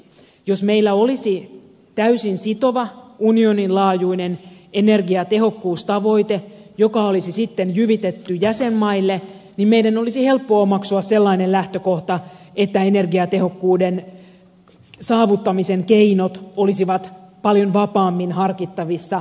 jos meillä olisi täysin sitova unionin laajuinen energiatehokkuustavoite joka olisi sitten jyvitetty jäsenmaille niin meidän olisi helppo omaksua sellainen lähtökohta että energiatehokkuuden saavuttamisen keinot olisivat paljon vapaammin harkittavissa jäsenmaatasolla